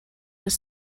was